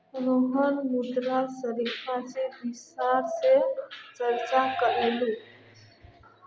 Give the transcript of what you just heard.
रोहन पुनः मुद्रास्फीतित विस्तार स चर्चा करीलकू